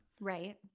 Right